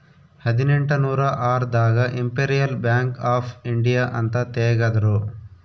ಹದಿನೆಂಟನೂರ ಆರ್ ದಾಗ ಇಂಪೆರಿಯಲ್ ಬ್ಯಾಂಕ್ ಆಫ್ ಇಂಡಿಯಾ ಅಂತ ತೇಗದ್ರೂ